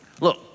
look